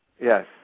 Yes